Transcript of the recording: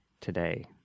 today